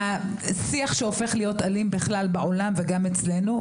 השיח שהופך להיות אלים בכלל בעולם וגם אצלנו,